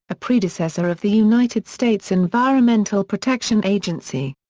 a predecessor of the united states environmental protection agency.